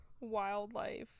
wildlife